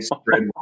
spread